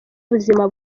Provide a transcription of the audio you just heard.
ubuzima